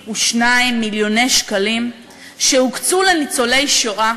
182 מיליוני שקלים שהוקצו לניצולי שואה